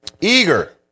Eager